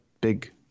big